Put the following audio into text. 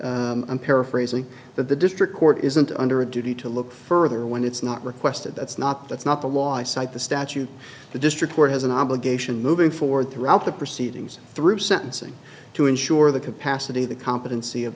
i'm paraphrasing that the district court isn't under a duty to look further when it's not requested that's not that's not the law i cite the statute the district court has an obligation moving forward throughout the proceedings through sentencing to ensure the capacity of the competency of